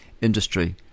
industry